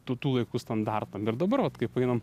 tų tų laikų standartam ir dabar vat kaip einam